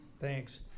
thanks